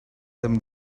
them